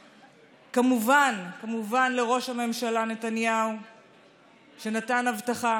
כמובן, כמובן, לראש הממשלה נתניהו שנתן הבטחה